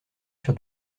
sur